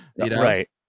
Right